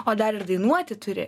o dar ir dainuoti turi